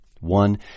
One